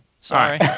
Sorry